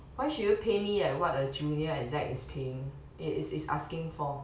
why should you pay me at what a junior exec is paying is is is asking for